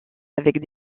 avec